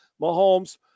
Mahomes